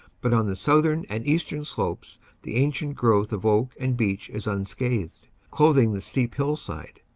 but on the southern and eastern slopes the ancient growth of oak and beech is unscathed, clothing the steep hillside.